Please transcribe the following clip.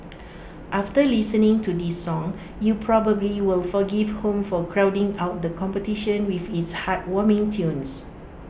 after listening to this song you probably will forgive home for crowding out the competition with its heartwarming tunes